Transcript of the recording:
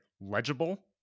legible